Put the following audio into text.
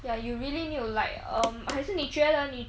ya you really need to like um 还是你觉得你